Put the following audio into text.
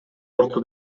орто